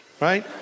right